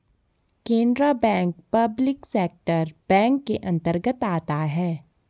Canara bank public sector bank के अंतर्गत आता है